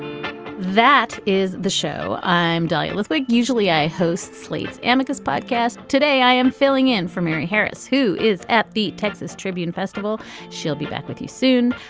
that is the show i'm dealing with. usually i host slate's amicus podcast. today i am filling in for mary harris who is at the texas tribune festival. she'll be back with you soon.